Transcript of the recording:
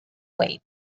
wait